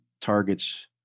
targets